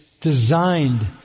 designed